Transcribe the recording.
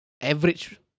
average